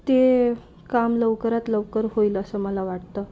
ते काम लवकरात लवकर होईल असं मला वाटतं